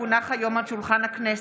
כי הונח היום על שולחן הכנסת,